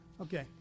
Okay